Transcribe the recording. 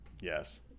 Yes